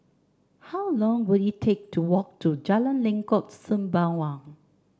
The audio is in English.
how long will it take to walk to Jalan Lengkok Sembawang